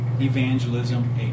evangelism